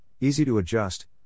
easy-to-adjust